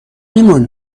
ایمان